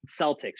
Celtics